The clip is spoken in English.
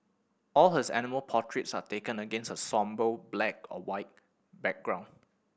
all his animal portraits are taken against a sombre black or white background